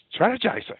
strategizing